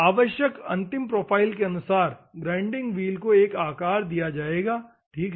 आवश्यक अंतिम प्रोफ़ाइल के अनुसार ग्राइंडिंग व्हील्स को एक आकार दिया जाएगा ठीक है